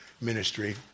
ministry